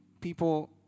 people